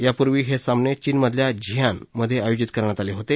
यापूर्वी हे सामने चीनमधल्या झीयान मधे आयोजित करण्यात आले होते